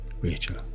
Rachel